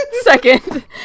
Second